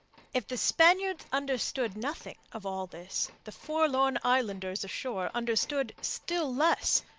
if the spaniards understood nothing of all this, the forlorn islanders ashore understood still less,